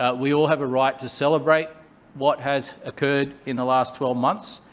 ah we all have a right to celebrate what has occurred in the last twelve months,